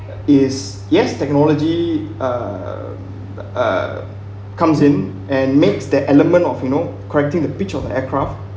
is yes technology uh uh comes in and makes the element of you know correcting the pitch of the aircraft